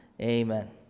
amen